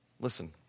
Listen